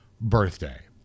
birthday